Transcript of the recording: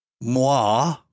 moi